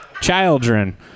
Children